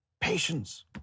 patience